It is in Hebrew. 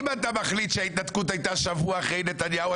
אם אתה מחליט שההתנתקות הייתה שבוע אחרי נתניהו,